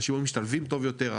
אנשים היו משתלבים טוב יותר,